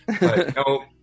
No